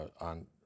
on